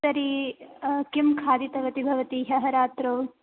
तर्हि किं खादितवती भवती ह्यः रात्रौ